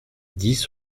dix